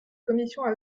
commission